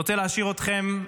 אני רוצה להשאיר אתכם,